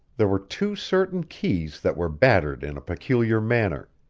there were two certain keys that were battered in a peculiar manner,